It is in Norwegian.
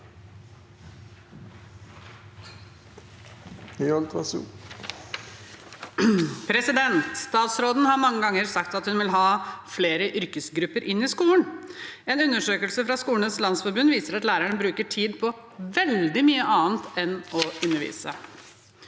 Statsråden har mange ganger sagt at hun vil ha flere yrkesgrupper inn i skolen. En undersøkelse fra Skolenes landsforbund viser at lærerne bruker tid på veldig mye annet enn å undervise.